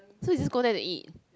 so you just go there and eat